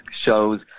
shows